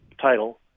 title